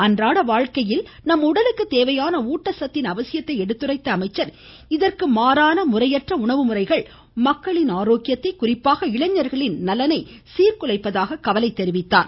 அன்றாட வாழ்க்கையில் நம் உடலுக்கு தேவையான ஊட்டச்சத்தின் அவசியத்தை எடுத்துரைத்த அமைச்சர் இதற்கு மாறான முறையற்ற உணவுமுறைகள் மக்களின் ஆரோக்கியத்தை குறிப்பாக இளைஞர்களின் நலனை சீர்குலைப்பதாக கவலை தெரிவித்தார்